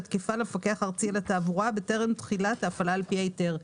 התקפה למפקח הארצי לתעבורה בטרם תחילת ההפעלה על פי ההיתר".